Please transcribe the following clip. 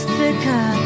thicker